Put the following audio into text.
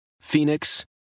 Phoenix